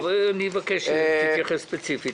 אבקש שתתייחס ספציפית.